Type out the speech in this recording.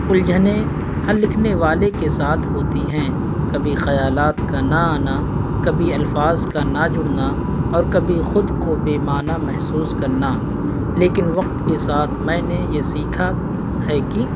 الجھنیں ہر لکھنے والے کے ساتھ ہوتی ہیں کبھی خیالات کا نہ آنا کبھی الفاظ کا نہ جڑنا اور کبھی خود کو بے معنی محسوس کرنا لیکن وقت کے ساتھ میں نے یہ سیکھا ہے کہ